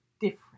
different